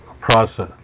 process